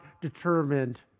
determined